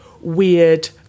weird